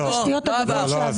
לא, לא עבר.